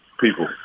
people